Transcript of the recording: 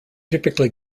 typically